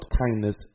kindness